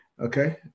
Okay